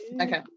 Okay